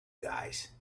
guys